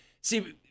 see